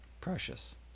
Precious